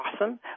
awesome